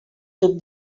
tub